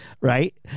right